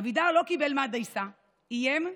אבידר לא קיבל מהדייסה, איים,